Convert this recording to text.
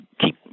keep